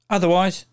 Otherwise